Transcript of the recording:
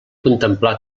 contemplar